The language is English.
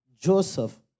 Joseph